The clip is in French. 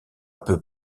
peu